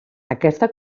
aquesta